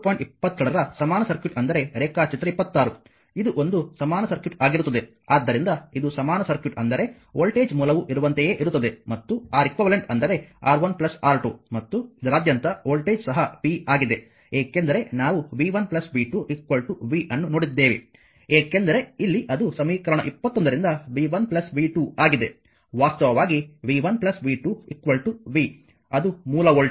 22 ರ ಸಮಾನ ಸರ್ಕ್ಯೂಟ್ ಅಂದರೆ ರೇಖಾಚಿತ್ರ 26 ಇದು ಒಂದು ಸಮಾನ ಸರ್ಕ್ಯೂಟ್ ಆಗಿರುತ್ತದೆ ಆದ್ದರಿಂದ ಇದು ಸಮಾನ ಸರ್ಕ್ಯೂಟ್ ಅಂದರೆ ವೋಲ್ಟೇಜ್ ಮೂಲವು ಇರುವಂತೆಯೇ ಇರುತ್ತದೆ ಮತ್ತು R eq ಅಂದರೆ R1 R2 ಮತ್ತು ಇದರಾದ್ಯಂತ ವೋಲ್ಟೇಜ್ ಸಹ v ಆಗಿದೆ ಏಕೆಂದರೆ ನಾವು v 1 v 2 v ಅನ್ನು ನೋಡಿದ್ದೇವೆ ಏಕೆಂದರೆ ಇಲ್ಲಿ ಅದು ಸಮೀಕರಣ 21 ರಿಂದ v 1v2 ಆಗಿದೆ ವಾಸ್ತವವಾಗಿ v 1v2 v ಅದು ಮೂಲ ವೋಲ್ಟೇಜ್